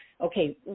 okay